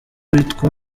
uwitwa